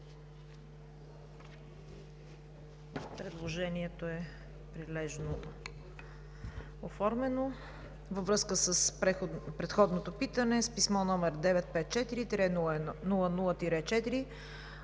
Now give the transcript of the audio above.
Предложението е прилежно оформено. Във връзка с предходното питане с писмо № 954-00-4